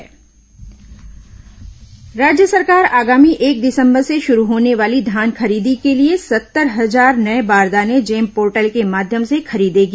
धान बारदाना राज्य सरकार आगामी एक दिसंबर से शुरू होने वाली धान खरीदी के लिए सत्तर हजार नये बारदानें जेम पोर्टल के माध्यम से खरीदेगी